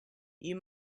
you